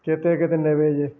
କେତେ କେତେ ନେବେ ଯେ